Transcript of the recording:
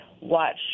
watch